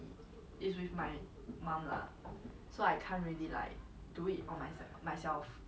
mm is it easier for malaysian to change to singaporean